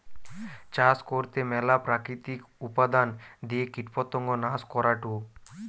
চাষ করতে ম্যালা প্রাকৃতিক উপাদান দিয়ে কীটপতঙ্গ নাশ করাঢু